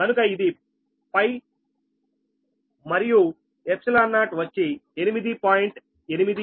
కనుక ఇది మరియు ϵ0వచ్చి 8